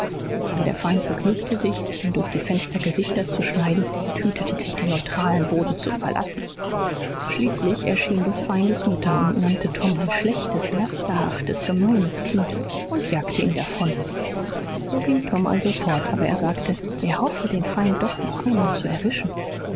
aber der feind begnügte sich ihm durch die fenster gesichter zu schneiden und hütete sich den neutralen boden zu verlassen schließlich erschien des feindes mutter und nannte tom ein schlechtes lasterhaftes gemeines kind und jagte ihn davon so ging tom also fort aber er sagte er hoffe den feind doch noch einmal zu erwischen